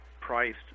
priced